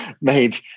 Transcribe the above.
made